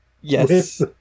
Yes